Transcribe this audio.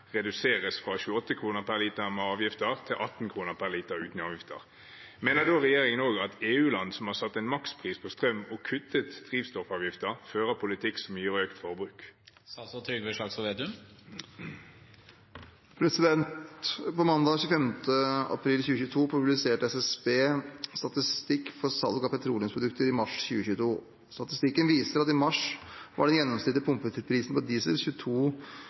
reduseres fra 28 kr/l med avgifter til 18 kr/l uten avgifter, og mener da regjeringen at EU-land som har satt en makspris på strøm og kuttet drivstoffavgifter, fører en politikk som gir økt forbruk?» Mandag 25. april 2022 publiserte SSB statistikk for salg av petroleumsprodukter i mars 2022. Statistikken viser at i mars var den gjennomsnittlige pumpeprisen på diesel